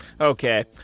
Okay